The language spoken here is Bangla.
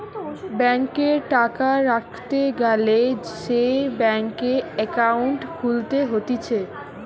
ব্যাংকে টাকা রাখতে গ্যালে সে ব্যাংকে একাউন্ট খুলতে হতিছে